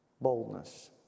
Boldness